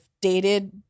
dated